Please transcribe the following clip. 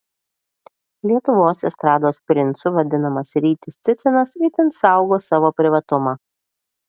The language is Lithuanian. lietuvos estrados princu vadinamas rytis cicinas itin saugo savo privatumą